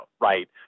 right